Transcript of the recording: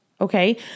Okay